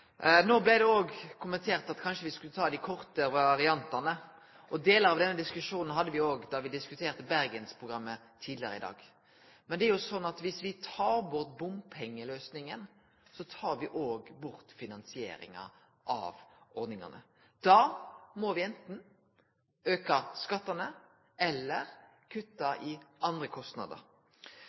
No ble det også kommentert at vi kanskje også skulle ta dei korte variantane. Delar av denne diskusjonen hadde vi òg da vi diskuterte Bergensprogrammet tidlegare i dag. Men viss vi tar bort bompengeløysinga, tar vi òg bort finansieringa av ordningane. Da må vi anten auke skattane, eller kutte i andre kostnader.